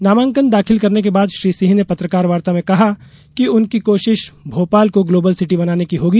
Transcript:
नामांकन दाखिल करने के बाद श्री सिंह ने पत्रकार वार्ता में कहा कि उनकी कोशिश भोपाल को ग्लोबल सिटी बनाने की होगी